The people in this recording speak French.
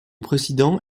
président